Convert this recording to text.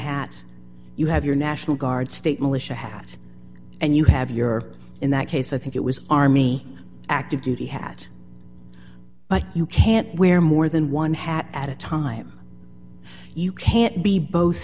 hat you have your national guard state militia hat and you have your in that case i think it was army active duty hat but you can't wear more than one hat at a time you can't be both